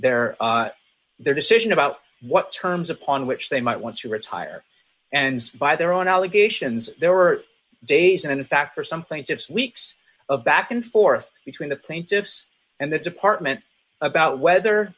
their their decision about what terms upon which they might want to retire and by their own allegations there were days in fact or something tips weeks of back and forth between the plaintiffs and the department about whether